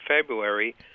February